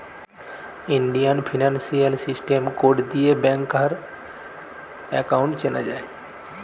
Indian financial system code দিয়ে ব্যাংকার account চেনা যায়